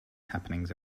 happenings